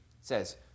says